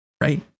right